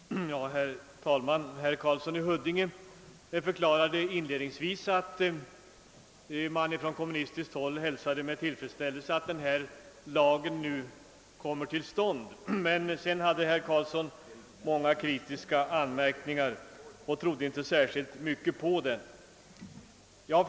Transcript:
Herr talman! Herr Karlsson i Huddinge förklarade inledningsvis att man på kommunistiskt håll hälsade med tillfredsställelse att denna lag nu kommer till stånd. Men sedan hade herr Karlsson många kritiska anmärkningar att göra, och han trodde inte särskilt mycket på lagens effektivitet.